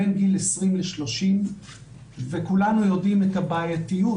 בין גיל 20 ל-30 וכולנו יודעים את הבעייתיות